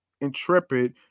intrepid